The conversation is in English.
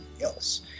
else